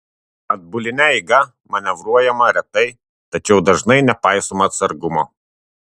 atbuline eiga manevruojama retai tačiau dažnai nepaisoma atsargumo